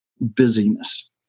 busyness